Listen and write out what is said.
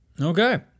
Okay